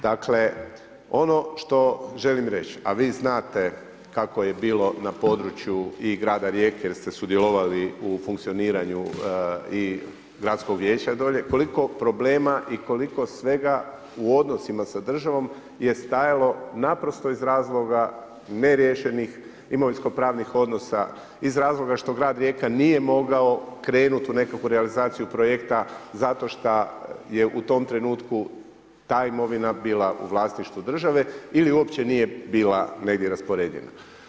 Dakle, ono što želim reći, a vi znate kako je bilo na području i grada Rijeke jer ste sudjelovali u funkcioniranju i gradskog vijeća dolje, koliko problema i koliko svega u odnosima sa državom je stajalo naprosto iz razloga neriješenih imovinsko-pravnih odnosa iz razloga što grad Rijeka nije mogao krenuti u nekakvu realizaciju projekta zato što je u tom trenutku ta imovina bila u vlasništvu države ili uopće nije bila negdje raspoređena.